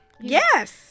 Yes